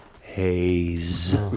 haze